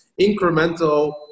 incremental